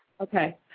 Okay